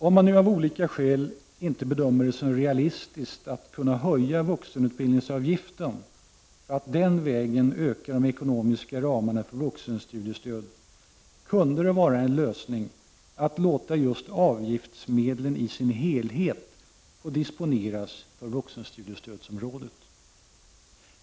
Om man nu av olika skäl inte bedömer det som realistiskt att höja vuxenutbildningsavgiften för att den vägen öka de ekonomiska ramarna för vuxenstudiestöd, kunde det vara en lösning att låta avgiftsmedlen i sin helhet få disponeras för vuxenstudiestödsområdet.